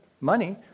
money